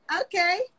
Okay